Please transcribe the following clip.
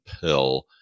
pill